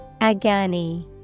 Agani